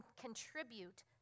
contribute